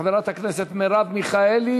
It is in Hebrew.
חברת הכנסת מרב מיכאלי